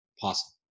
possible